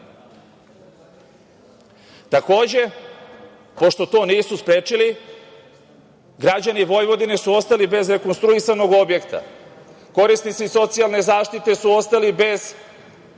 dinara. Takođe, pošto to nisu sprečili, građani Vojvodine su ostali bez rekonstruisanog objekta. Korisnici socijalne zaštite su ostali bez rekonstruisane